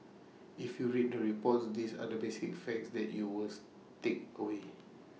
if you read the reports these are the basic facts that you will take away